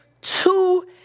two